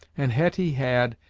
and hetty had,